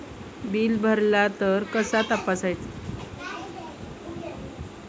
Bill भरला तर कसा तपसायचा?